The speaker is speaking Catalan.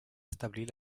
establir